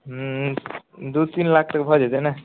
हूँ दू तीन लाख तक भऽ जेतै ने